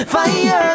Fire